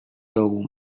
dołu